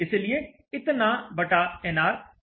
इसलिए इतना बटा nr किया गया है